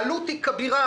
העלות היא כבירה,